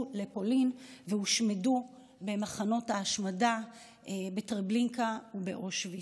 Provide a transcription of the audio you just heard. לפולין והושמדו במחנות ההשמדה בטרבלינקה ובאושוויץ.